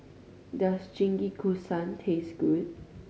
does Jingisukan taste good